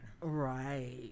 right